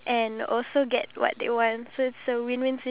wait I know I know you know